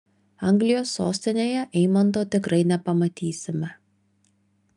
anglijos sostinėje eimanto tikrai nepamatysime